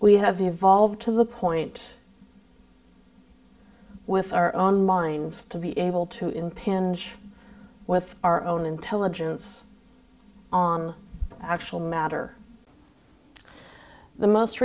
we have evolved to the point with our own minds to be able to impinge with our own intelligence on actual matter the most